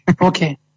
Okay